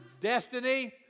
destiny